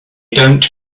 don’t